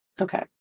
Okay